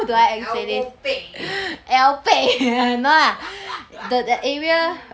the elbow 背